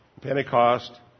Pentecost